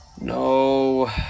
No